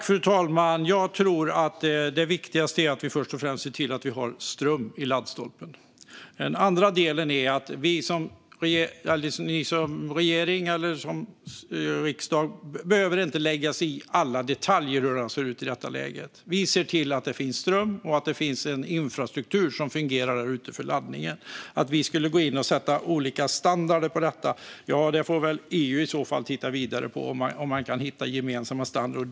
Fru talman! Jag tror att det viktigaste är att vi först och främst ser till att vi har ström i laddstolpen. Den andra delen är att regeringen och riksdagen inte behöver lägga sig i alla detaljer om hur det ska se ut i detta läge. Vi ser till att det finns ström och att det finns en infrastruktur som fungerar för laddningen. Om vi ska gå in och sätta olika standarder för detta får väl i så fall EU titta vidare på om man kan hitta gemensamma standarder.